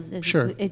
sure